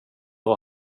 och